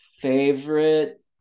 favorite